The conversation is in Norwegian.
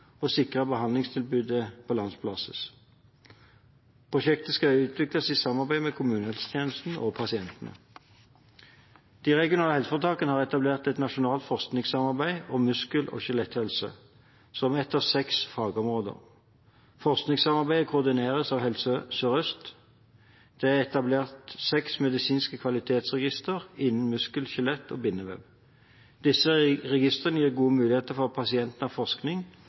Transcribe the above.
og sikre likhet i behandlingstilbudet på landsbasis. Prosjektet skal utvikles i samarbeid med kommunehelsetjenesten og pasientene. De regionale helseforetakene har etablert et nasjonalt forskningssamarbeid om muskel- og skjeletthelse, som ett av seks fagområder. Forskningssamarbeidet koordineres av Helse Sør-Øst. Det er etablert seks medisinske kvalitetsregistre innen muskel, skjelett og bindevev. Disse registrene gir gode muligheter for pasientnær forskning om effekten av